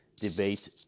debate